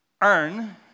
earn